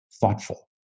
thoughtful